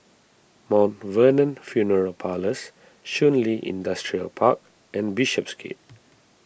Mount Vernon funeral Parlours Shun Li Industrial Park and Bishopsgate